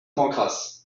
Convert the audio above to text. pancrace